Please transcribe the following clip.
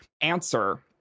answer